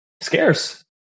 scarce